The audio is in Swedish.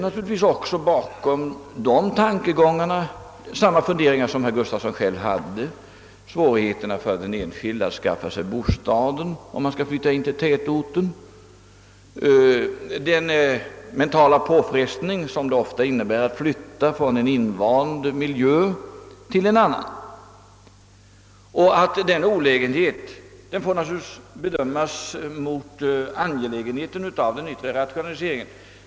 Bakom denna tankegång ligger självfallet samma funderingar som de herr Gustavsson själv anförde, nämligen svårigheterna för den enskilde att skaffa sig bostad om han skall flytta in till en tätort, och den mentala påfrestning det ofta innebär att flytta från en invand miljö till en annan. Denna olägenhet får naturligtvis bedömas mot angelägenheten av den yttre rationaliseringen.